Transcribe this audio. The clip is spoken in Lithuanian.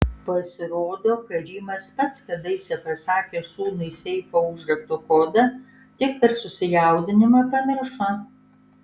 pasirodo karimas pats kadaise pasakė sūnui seifo užrakto kodą tik per susijaudinimą pamiršo